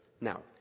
Now